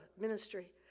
ministry